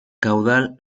caudal